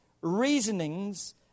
reasonings